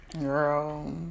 Girl